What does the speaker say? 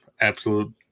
absolute